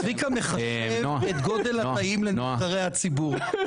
צביקה מחשב את גודל התאים לנבחרי הציבור,